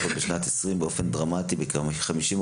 לפחות בשנת 20', באופן דרמטי בכ-50%.